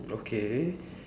okay